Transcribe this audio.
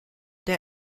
der